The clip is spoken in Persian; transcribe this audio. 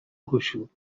گشود